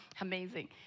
Amazing